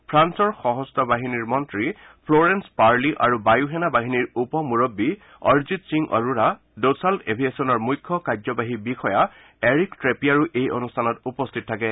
ফ্ৰান্সৰ সশস্ত্ৰ বাহিনী মন্ত্ৰী ফ্লৰেঞ্চ পাৰ্লী আৰু বায়ুসেনা বাহিনীৰ উপ মূৰববী অৰজিত সিঙ আৰোৰা ডছাল্ট এভিয়েচনৰ মুখ্য কাৰ্যবাহী বিষয়া এৰিক ট্ৰেপিয়াৰো এই অনুষ্ঠানত উপস্থিত থাকে